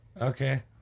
okay